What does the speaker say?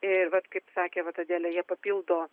ir vat kaip sakė vat adelė jie papildo